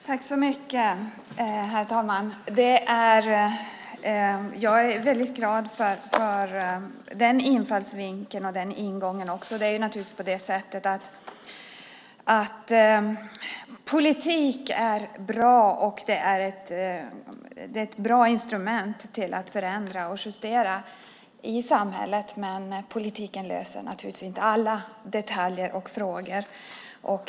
Herr talman! Jag är glad för den infallsvinkeln och ingången. Politik är ett bra instrument för att förändra och justera i samhället, men politiken löser naturligtvis inte alla detaljer och frågor.